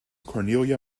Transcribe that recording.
cornelia